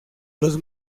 los